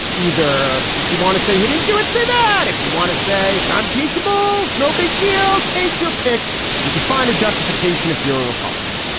either if you want to say he didn't do it, say that if you want to say it's i'm peaceable, it's no big deal take your pick you can find a justification if you're a republican.